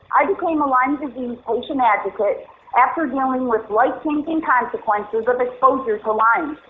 i became a lyme disease patient advocate after dealing with life-changing consequences of exposures to lyme.